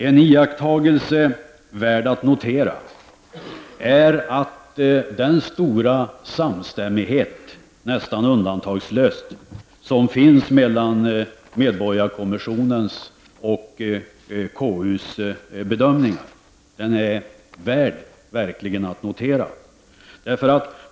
En iakttagelse värd att notera är den stora samstämmighet som, nästan undantagslöst, finns i medborgarkommissionens och KUs bedömningar. Den är verkligen värd att notera.